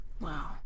wow